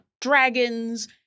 dragons